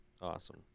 Awesome